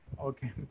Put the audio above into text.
Okay